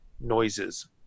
noises